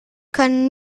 können